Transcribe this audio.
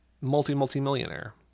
multi-multi-millionaire